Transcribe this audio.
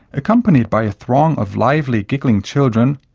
accompanied by a throng of lively giggling children,